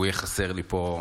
והוא יהיה חסר לי פה.